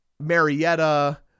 marietta